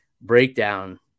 breakdown